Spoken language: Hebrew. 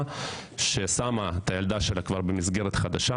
שאחרי שהיא שמה את הילדה שלה במסגרת חדשה